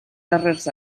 darrers